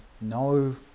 No